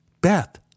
Beth